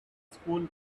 school